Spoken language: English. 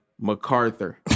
MacArthur